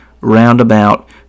roundabout